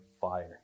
fire